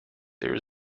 there